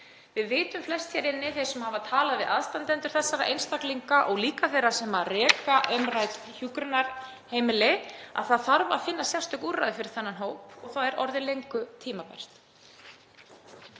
Við vitum flest hér inni sem höfum talað við aðstandendur þessara einstaklinga og líka þá sem reka umrædd hjúkrunarheimili að það þarf að finna sérstök úrræði fyrir þennan hóp og það er orðið löngu tímabært.